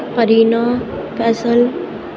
Arina Faisal